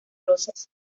rosas